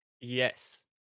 Yes